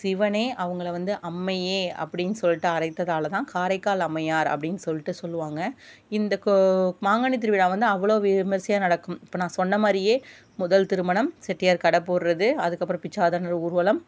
சிவனே அவங்களை வந்து அம்மையே அப்படின் சொல்லிட்டு அழைத்ததால்தான் காரைக்கால் அம்மையார் அப்படின்னு சொல்லிட்டு சொல்லுவாங்க இந்த மாங்கனி திருவிழா வந்து அவ்வளோ விமர்சையாக நடக்கும் இப்போ நான் சொன்னமாதிரியே முதல் திருமணம் செட்டியார் கடை போடுறது அதுக்கப்புறம் பிச்சாரதனார் ஊர்வலம்